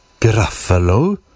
Gruffalo